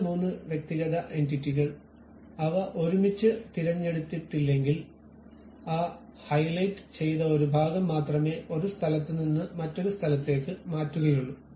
രണ്ട് മൂന്ന് വ്യക്തിഗത എന്റിറ്റികൾ അവ ഒരുമിച്ച് തിരഞ്ഞെടുത്തിട്ടില്ലെങ്കിൽ ആ ഹൈലൈറ്റ് ചെയ്ത ഒരു ഭാഗം മാത്രമേ ഒരു സ്ഥലത്ത് നിന്ന് മറ്റൊരു സ്ഥലത്തേക്ക് മാറ്റുകയുള്ളൂ